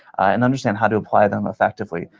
and understand how to apply them effectively.